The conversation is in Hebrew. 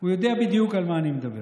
הוא יודע בדיוק על מה אני מדבר.